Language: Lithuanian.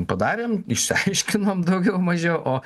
padarėm išsiaiškinom daugiau mažiau o